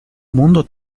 mundo